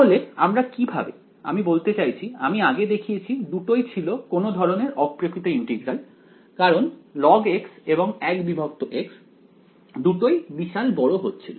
তাহলে আমরা কিভাবে আমি বলতে চাইছি আমি আগে দেখিয়েছি দুটোই ছিল কোনও ধরনের অপ্রকৃত ইন্টিগ্রাল কারণ log x এবং 1x দুটোই বিশাল বড় হচ্ছিল